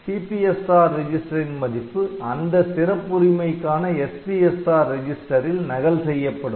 CPSR ரெஜிஸ்டரின் மதிப்பு அந்த சிறப்பு உரிமைக்கான SPSR ரிஜிஸ்டரில் நகல் செய்யப்படும்